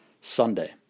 Sunday